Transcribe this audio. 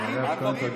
למה?